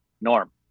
norm